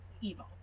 evil